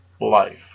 life